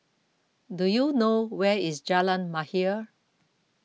do you know where is Jalan Mahir